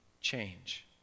change